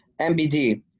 MBD